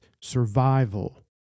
survival